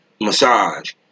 Massage